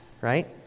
Right